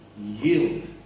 yield